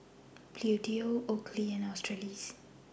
Bluedio Oakley and Australis